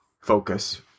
focus